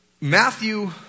Matthew